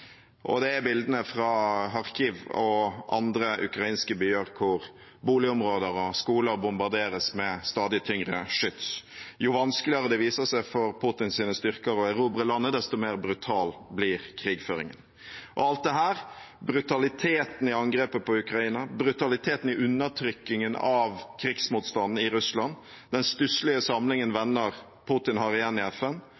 Det er også bildene fra Kharkiv og andre ukrainske byer hvor boligområder og skoler bombarderes med stadig tyngre skyts. Jo vanskeligere det viser seg for Putins styrker og erobre landet, desto mer brutal blir krigføringen. Alt dette – brutaliteten i angrepet på Ukraina, brutaliteten i undertrykkingen av krigsmotstanden i Russland, den stusslige samlingen